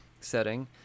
setting